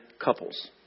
couples